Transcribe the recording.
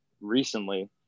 recently